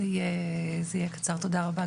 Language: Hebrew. תודה רבה,